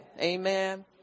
Amen